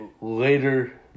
later